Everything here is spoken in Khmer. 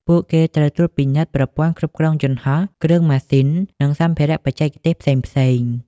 ពួកគេត្រូវត្រួតពិនិត្យប្រព័ន្ធគ្រប់គ្រងយន្តហោះ គ្រឿងម៉ាស៊ីន និងសម្ភារៈបច្ចេកទេសផ្សេងៗ។